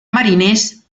mariners